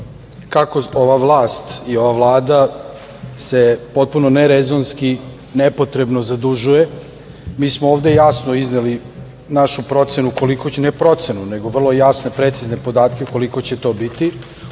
kako ova vlast i ova Vlada se potpuno nerezonski, nepotrebno zadužuje. Mi smo ovde jasno izneli našu procenu, ne procenu nego vrlo jasne i precizne podatke, koliko će to biti.